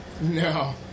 No